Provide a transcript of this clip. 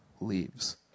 leaves